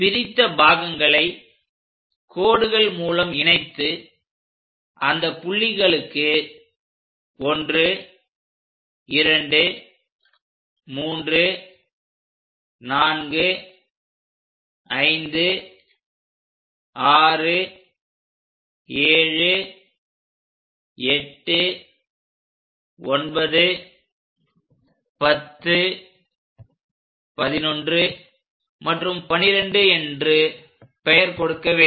பிரித்த பாகங்களை கோடுகள் மூலம் இணைத்து அந்த புள்ளிகளுக்கு 1 2 3 4 5 6 7 8 9 10 11 மற்றும் 12 என்று பெயர் கொடுக்க வேண்டும்